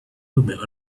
movement